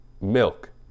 milk